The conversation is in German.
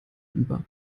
über